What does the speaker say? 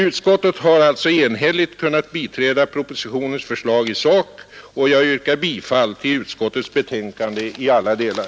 Utskottet har alltså enhälligt kunnat biträda propositionens förslag i sak, och jag yrkar bifall till utskottets betänkande i alla delar.